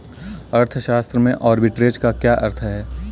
अर्थशास्त्र में आर्बिट्रेज का क्या अर्थ है?